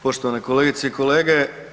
Poštovane kolegice i kolege.